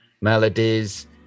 melodies